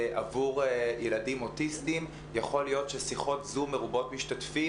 עבור ילדים אוטיסטים יכול להיות ששיחות zoom מרובות משתתפים